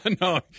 no